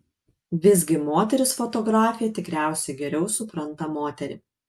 visgi moteris fotografė tikriausiai geriau supranta moterį